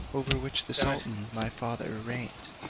over which the sultan my father reigned.